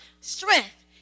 strength